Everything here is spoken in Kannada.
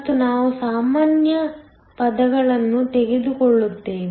ಮತ್ತು ನಾವು ಸಾಮಾನ್ಯ ಪದಗಳನ್ನು ತೆಗೆದುಕೊಳ್ಳುತ್ತೇವೆ